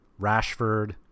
Rashford